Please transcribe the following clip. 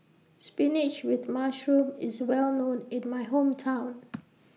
Spinach with Mushroom IS Well known in My Hometown